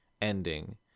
ending